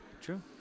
true